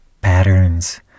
patterns